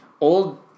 Old